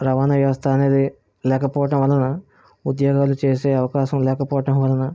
రవాణ వ్యవస్థ అనేది లేకపోవటం వలన ఉద్యోగాలు చేసే అవకాశం లేకపోవటం వలన